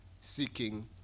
seeking